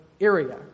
area